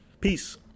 Peace